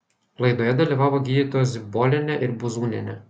laidoje dalyvavo gydytojos zibolienė ir buzūnienė